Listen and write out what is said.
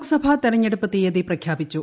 ലോക്സഭാ തെരഞ്ഞെടുപ്പ് തീയതി പ്രഖ്യാപിച്ചു